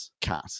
cat